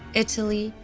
italy,